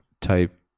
Type